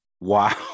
Wow